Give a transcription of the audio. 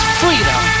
freedom